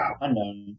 Unknown